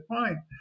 fine